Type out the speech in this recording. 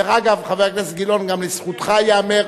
דרך אגב, חבר הכנסת גילאון, לזכותך ייאמר,